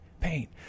paint